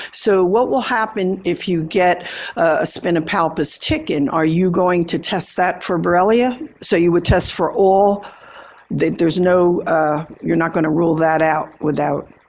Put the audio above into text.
so what will happen if you get a spinapalpus tick in, are you going to test that for borrelia? so you would test for all that there's no you're not going to rule that out without?